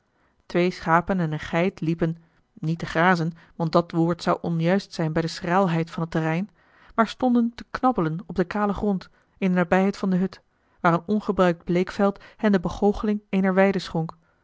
twee schapen en eene geit liepen niet te grazen want dat woord zou onjuist zijn bij de schraalheid van het terrein maar stonden te knabbelen op den kalen grond in de nabijheid van de hut waar een ongebruikt bleekveld hen de begoocheling eener weide schonk